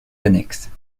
annexes